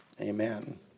Amen